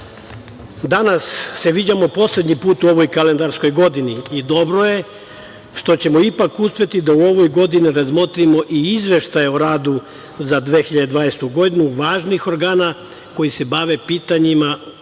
za. Danas se viđamo poslednji put u ovoj kalendarskoj godini i dobro je što ćemo ipak uspeti da u ovoj godini da razmotrimo i izveštaje o radu za 2020. godinu, važnih organa koji se bave pitanjima